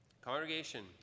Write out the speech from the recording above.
Congregation